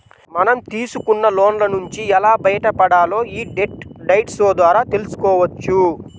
మనం తీసుకున్న లోన్ల నుంచి ఎలా బయటపడాలో యీ డెట్ డైట్ షో ద్వారా తెల్సుకోవచ్చు